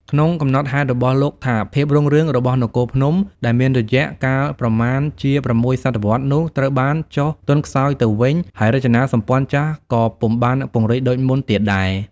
ក្នុងកំណត់ហេតុរបស់លោកថា ភាពរុងរឿងរបស់នគរភ្នំ ដែលមានរយៈ កាលប្រមាណជា ៦ សតវត្សរ៍នោះត្រូវបានចុះ ទន់ខ្សោយទៅវិញ ហើយរចនាសម្ព័ន្ធចាស់ក៏ពុំបានពង្រីកដូចមុនទៀតដែរ។